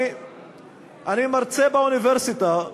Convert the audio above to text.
אני מרצה באוניברסיטה,